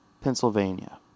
Pennsylvania